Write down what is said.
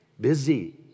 Busy